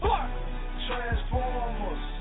Transformers